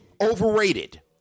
overrated